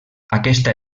aquesta